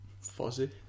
Fuzzy